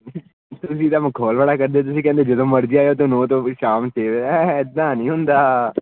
ਤੁਸੀਂ ਤਾਂ ਮਖੌਲ ਬੜਾ ਕਰਦੇ ਤੁਸੀਂ ਕਹਿੰਦੇ ਜਦੋਂ ਮਰਜ਼ੀ ਆ ਜਿਓ ਉਹ ਤਾਂ ਨੌਂ ਤੋਂ ਸ਼ਾਮ ਛੇ ਵਜੇ ਇੱਦਾਂ ਨਹੀਂ ਹੁੰਦਾ